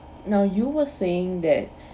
now you were saying that